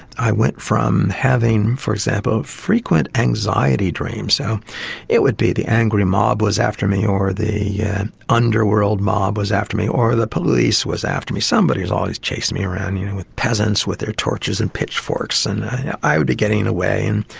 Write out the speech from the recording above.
i went from having, for example, frequent anxiety dreams, so it would be the angry mob was after me or the yeah underworld mob was after me or the police was after me. somebody was always chasing the around, you and know, the peasants with their torches and pitchforks, and i would be getting away and